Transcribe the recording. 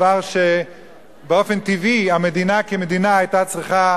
דבר שבאופן טבעי המדינה כמדינה היתה צריכה